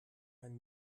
mein